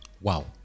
Wow